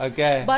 Okay